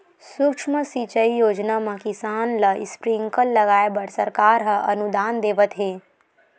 सुक्ष्म सिंचई योजना म किसान ल स्प्रिंकल लगाए बर सरकार ह अनुदान देवत हे